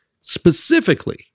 specifically